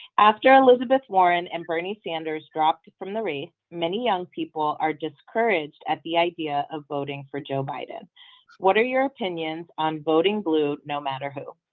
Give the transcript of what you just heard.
after elizabeth warren and bernie sanders dropped from the race many young people are discouraged at the idea of voting for joe biden what are your opinions on voting blue no matter who?